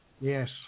Yes